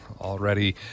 Already